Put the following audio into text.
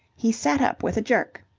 he sat up with a jerk.